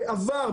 בעבר,